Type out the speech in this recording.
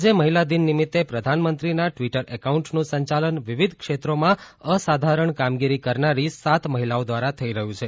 આજે મહિલા દિન નિમિત્ત પ્રધાનમંત્રીના ટવીટર એકાઉન્ટનું સંચાલન વિવિધ ક્ષેત્રોમાં અસાધારણ કામગીરી કરનારી સાત મહિલાઓ દ્વારા થઇ રહ્યું છે